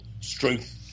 strength